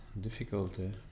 difficulty